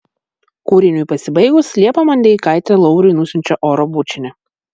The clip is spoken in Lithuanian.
kūriniui pasibaigus liepa mondeikaitė lauriui nusiunčia oro bučinį